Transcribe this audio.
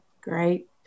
Great